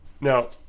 Now